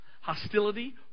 hostility